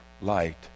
light